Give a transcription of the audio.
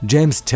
James